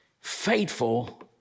faithful